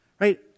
Right